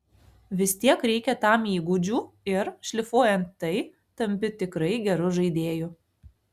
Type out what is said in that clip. vistiek reikia tam įgūdžių ir šlifuojant tai tampi tikrai geru žaidėju